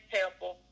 temple